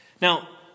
Now